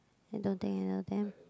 I don't think you know them